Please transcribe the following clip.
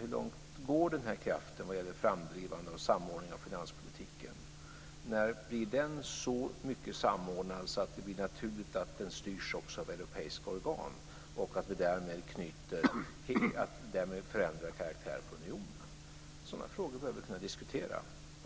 Hur långt går den kraften vad gäller framdrivande av en samordning av finanspolitiken? När blir den så mycket samordnad att det blir naturligt att den styrs också av europeiska organ och att vi därmed förändrar karaktär på unionen? Sådana frågor bör vi kunna diskutera.